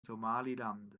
somaliland